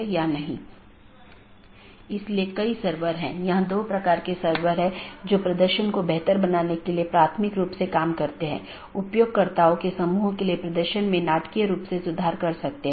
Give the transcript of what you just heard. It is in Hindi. तो IBGP स्पीकर्स की तरह AS के भीतर पूर्ण मेष BGP सत्रों का मानना है कि एक ही AS में साथियों के बीच एक पूर्ण मेष BGP सत्र स्थापित किया गया है